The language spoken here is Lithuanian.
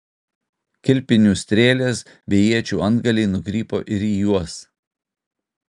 kilpinių strėlės bei iečių antgaliai nukrypo ir į juos